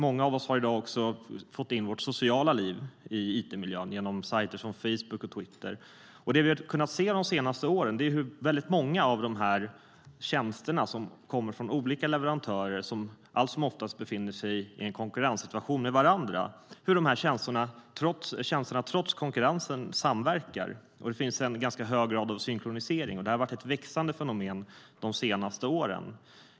Många av oss har i dag fört in vårt sociala liv i it-miljön genom sajter som facebook och twitter. Vi har under de senaste åren sett hur många av tjänsterna som kommer från olika leverantörer, som allt som oftast befinner sig i en konkurrenssituation med varandra, trots konkurrensen samverkar med varandra. Det finns en hög grad av synkronisering. Det har varit ett växande fenomen de senaste åren.